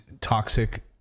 toxic